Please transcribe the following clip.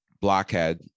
Blockhead